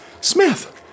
Smith